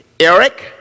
Eric